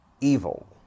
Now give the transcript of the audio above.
evil